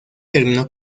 terminó